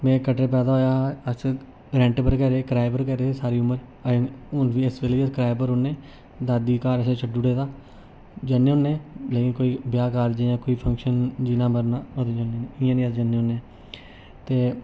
में कटरे पैदा होएया हा अस रैंट पर गै रेह् कराए पर गै रेह् सारी उमर अज्जें बी हून बी इस बेल्ले कराए पर रौह्ने दादी घर असें छड्डी ओड़े दा जन्ने होन्ने लेकिन कोई ब्याह् कराजें जा कोई फंक्शन जीना मरना उदूं जन्ने इ'यां नेईं अस जन्ने होन्ने ते